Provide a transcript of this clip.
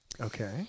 Okay